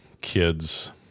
kids